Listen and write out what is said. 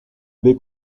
baie